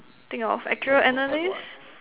think of actuarial analyst